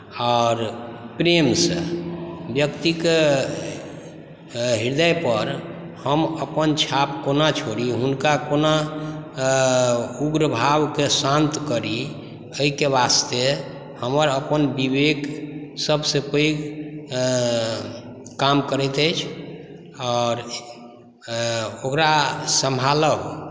आओर प्रेमसँ व्यक्तिके हृदयपर हम अपन छाप कोना छोड़ी हुनका कोना उग्र भावके शान्त करी एहिके वास्ते हमर अपन विवेक सबसँ पैघ काम करैत अछि आओर ओकरा सम्भालब